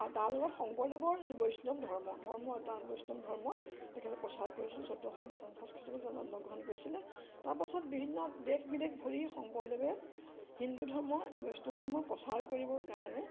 আৰু তাৰ লগত শংকৰদেৱৰ যি বৈষ্ণৱ ধৰ্ম ধৰ্ম এটা বৈষ্ণৱ ধৰ্ম তেখেতে প্ৰচাৰ কৰিছিল চৈধ্যশ উনপঞ্চাছ খ্ৰীষ্টাব্দত জন্মগ্ৰহণ কৰিছিলে তাৰপাছত বিভিন্ন দেশ বিদেশ ঘুৰি শংকৰদেৱে হিন্দু ধৰ্ম বৈষ্ণৱ ধৰ্মৰ প্ৰচাৰ কৰিবৰ কাৰণে